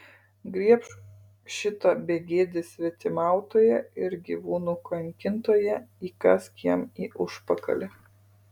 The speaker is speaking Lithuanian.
griebk šitą begėdį svetimautoją ir gyvūnų kankintoją įkąsk jam į užpakalį